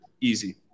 easy